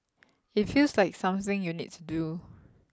it feels like something you need to do